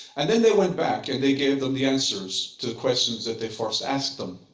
and then they went back and they gave them the answers to questions that they first asked them,